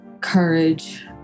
courage